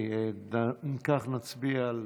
אם כך, נצביע על